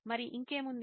మరి ఇంకేముంది